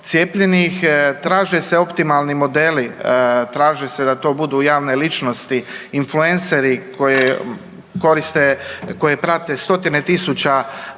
cijepljenih, traže se optimalni modeli, traži se da to budu javne ličnosti, influenceri koje prate stotine tisuća